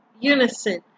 unison